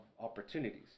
opportunities